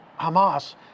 Hamas